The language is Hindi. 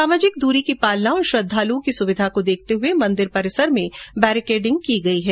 सामाजिक दूरी की पालना और श्रद्वालूओं की सुविधा को देखते हुये मंदिर परिसर में बैरिकेडिंग की गई है